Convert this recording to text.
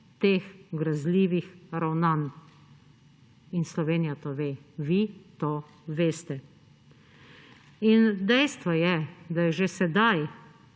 teh grozljivih ravnanj. In Slovenija to ve. Vi to veste. Dejstvo je, da je že sedaj,